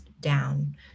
down